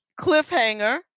Cliffhanger